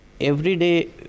everyday